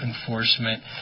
enforcement